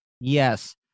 Yes